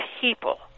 people